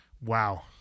Wow